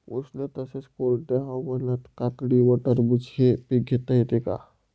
उष्ण तसेच कोरड्या हवामानात काकडी व टरबूज हे पीक घेता येते का?